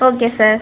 okay sir